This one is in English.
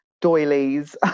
doilies